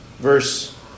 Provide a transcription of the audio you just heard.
Verse